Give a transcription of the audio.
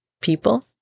people